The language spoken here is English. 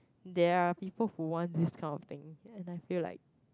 there are people who want this kind of thing and I feel like